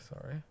Sorry